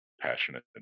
passionate